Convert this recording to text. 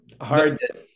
hard